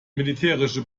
militärische